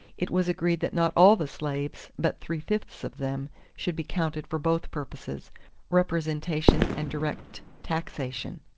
it was agreed that not all the slaves but three-fifths of them should be counted for both purposes representation and direct taxation.